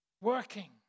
Working